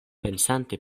pensante